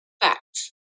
facts